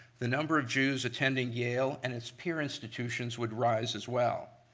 the number of jews attending yale and its peer institutions would raise as well.